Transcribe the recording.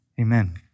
Amen